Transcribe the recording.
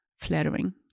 flattering